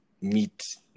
meet